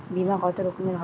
বিমা কত রকমের হয়?